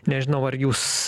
nežinau ar jūs